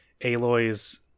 Aloy's